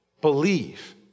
believe